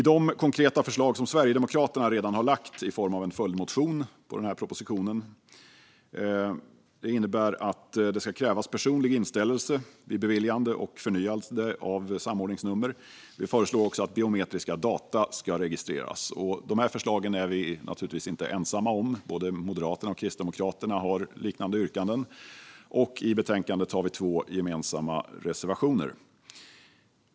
De konkreta förslag som Sverigedemokraterna redan har lagt fram i form av en följdmotion på denna proposition innebär att det ska krävas personlig inställelse vid beviljande och förnyande av samordningsnummer. Vi föreslår också att biometriska data ska registreras. Dessa förslag är vi naturligtvis inte ensamma om - både Moderaterna och Kristdemokraterna har liknande yrkanden, och i betänkandet har vi två gemensamma reservationer.